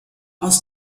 aus